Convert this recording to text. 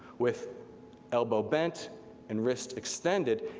with elbow bent and wrist extended,